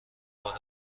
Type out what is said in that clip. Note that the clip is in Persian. بالن